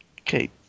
okay